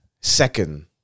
second